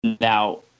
Now